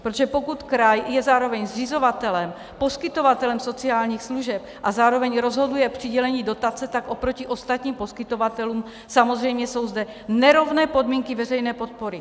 Protože pokud kraj je zároveň zřizovatelem, poskytovatelem sociálních služeb a zároveň rozhoduje o přidělení dotace, tak oproti ostatním poskytovatelům jsou zde samozřejmě nerovné podmínky veřejné podpory.